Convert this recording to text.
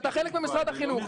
אתה חלק ממשרד החינוך.